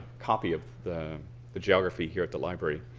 copy of the the geography here at the library.